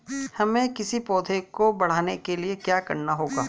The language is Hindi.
हमें किसी पौधे को बढ़ाने के लिये क्या करना होगा?